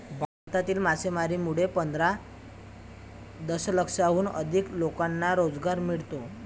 भारतातील मासेमारीमुळे पंधरा दशलक्षाहून अधिक लोकांना रोजगार मिळतो